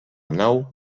nau